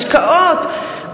השקעות,